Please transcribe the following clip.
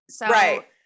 Right